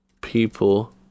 people